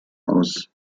aus